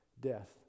Death